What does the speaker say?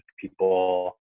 people